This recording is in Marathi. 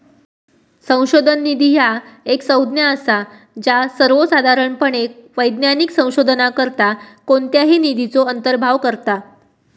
संशोधन निधी ह्या एक संज्ञा असा ज्या सर्वोसाधारणपणे वैज्ञानिक संशोधनाकरता कोणत्याही निधीचो अंतर्भाव करता